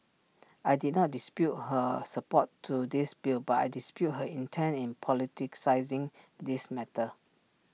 I did not dispute her support to this bill but I dispute her intent in politicising this matter